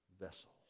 vessel